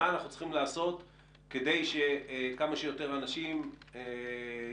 מה אנחנו צריכים לעשות כדי שכמה שיותר אנשים יתחסנו,